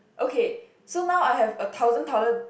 okay so now I have a thousand toll~